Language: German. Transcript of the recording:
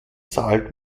zahlt